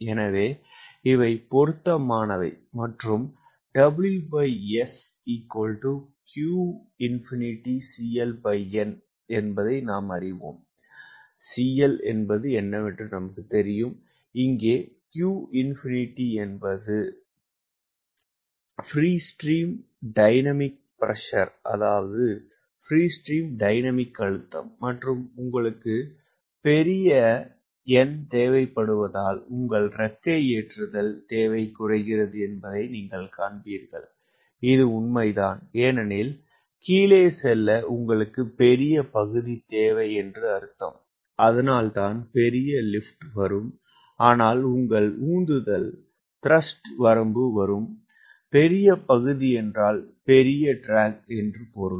எனவே இவை பொருந்தாதவை மற்றும் இங்கே qꝏ என்பது பிரீ ஸ்ட்ரீம் டைனமிக் அழுத்தம் மற்றும் உங்களுக்கு பெரிய n தேவைப்படுவதால் உங்கள் இறக்கை ஏற்றுதல் தேவை குறைகிறது என்பதை நீங்கள் காண்பீர்கள் இது உண்மைதான் ஏனெனில் கீழே செல்ல உங்களுக்கு பெரிய பகுதி தேவை என்று அர்த்தம் அதனால்தான் பெரிய லிப்ட் வரும் ஆனால் உங்கள் உந்துதல் வரம்பு வரும் பெரிய பகுதி என்றால் பெரிய இழுவை என்று பொருள்